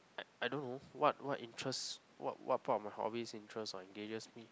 I I don't know what what interests what what part of my hobbies interest or engages me